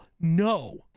No